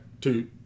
two